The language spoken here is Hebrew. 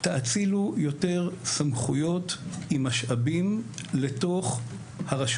תאצילו יותר סמכויות עם משאבים לרשויות.